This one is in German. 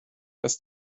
dass